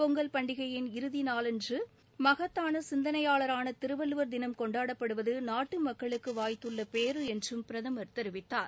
பொங்கல் பண்டிகையின் இறதி நாளன்று மகத்தான சிந்தனையாளரான திருவள்ளுவர் தினம் கொண்டாடப்படுவது நாட்டு மக்களுக்கு வாய்த்துள்ள பேறு என்றும் பிரதமர் தெரிவித்தார்